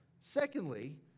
Secondly